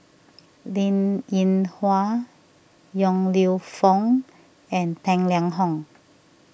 Linn in Hua Yong Lew Foong and Tang Liang Hong